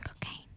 cocaine